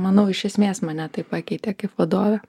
manau iš esmės mane tai pakeitė kaip vadovę